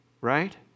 right